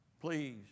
Please